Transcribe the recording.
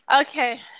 Okay